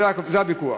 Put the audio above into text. זה הוויכוח.